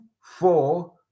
four